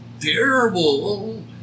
terrible